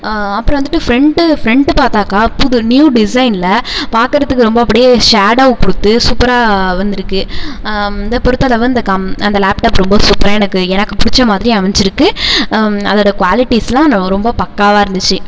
அப்புறம் வந்துட்டு friend friend பார்த்தாக்கா புது நியூ டிசைன்ல பார்க்கறதுக்கு ரொம்ப அப்படியே ஷேடோ கொடுத்து சூப்பராக வந்திருக்கு இதை பொறுத்தளவு இந்த கம் அந்த லேப்டப் ரொம்ப சூப்பராக எனக்கு எனக்கு பிடிச்ச மாதிரி அமஞ்சிருக்குது அதோட குவாலிட்டிஸ்லாம் ரொ ரொம்ப பக்காவாக இருந்துச்சு